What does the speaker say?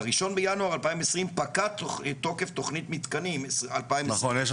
בראשון לינואר 2020 פקע תוקף תכנית מתקנים 2027,